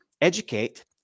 educate